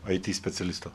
ai ty specialisto